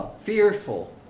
Fearful